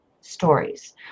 stories